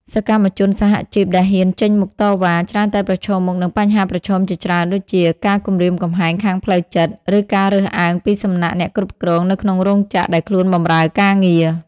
សកម្មជនសហជីពដែលហ៊ានចេញមុខតវ៉ា ច្រើនតែប្រឈមមុខនឹងបញ្ហាប្រឈមជាច្រើនដូចជា ការគំរាមកំហែងខាងផ្លូវចិត្ត ឬការរើសអើងពីសំណាក់អ្នកគ្រប់គ្រងនៅក្នុងរោងចក្រដែលខ្លួនបម្រើការងារ។